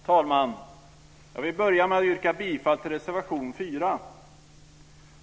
Fru talman! Jag vill börja med att yrka bifall till reservation 4.